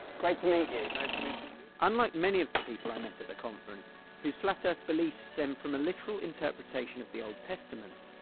great to meet you. nice to meet you too. unlike many of the people i met at the conference, whose flat earth beliefs stem from a literal interpretation of the old testament,